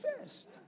first